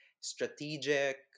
strategic